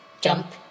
jump